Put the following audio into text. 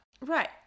Right